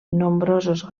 nombrosos